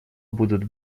будут